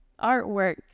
artwork